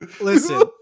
Listen